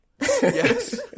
yes